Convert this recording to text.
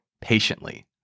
patiently